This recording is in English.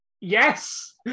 Yes